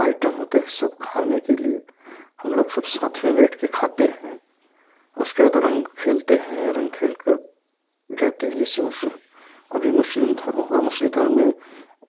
item होते हैं सब खाने के लिए हम लोग सब तो साथ में बैठ के खाते हैं उसके बाद रंग खेलते हैं रंग खेल कर जाते हैं जैसे मुस्लिम अभी मुस्लिम धर्म हुआ मुस्लिम धर्म में